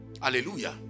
Hallelujah